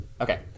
Okay